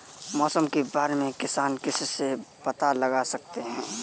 मौसम के बारे में किसान किससे पता लगा सकते हैं?